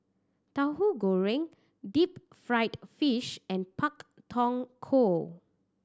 Tahu Goreng deep fried fish and Pak Thong Ko